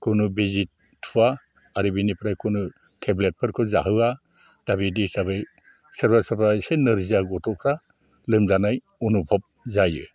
खुनु बिजि थुवा आरो बेनिफ्राय खुनु थेब्लेटफोरखौ जाहोआ दा बिदि हिसाबै सोरबा सोरबा एसे नोरजिया गथ'फ्रा लोमजानाय अनुभब जायो